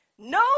No